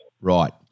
Right